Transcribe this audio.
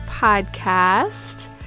Podcast